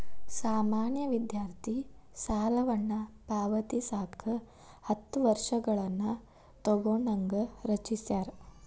ಸಾಮಾನ್ಯ ವಿದ್ಯಾರ್ಥಿ ಸಾಲವನ್ನ ಪಾವತಿಸಕ ಹತ್ತ ವರ್ಷಗಳನ್ನ ತೊಗೋಣಂಗ ರಚಿಸ್ಯಾರ